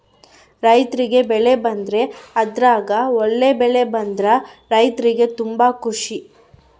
ರೈರ್ತಿಗೆ ಬೆಳೆ ಬಂದ್ರೆ ಅದ್ರಗ ಒಳ್ಳೆ ಬೆಳೆ ಬಂದ್ರ ರೈರ್ತಿಗೆ ತುಂಬಾ ಖುಷಿ